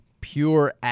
pure